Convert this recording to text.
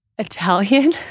Italian